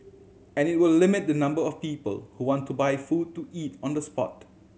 and it will limit the number of people who want to buy food to eat on the spot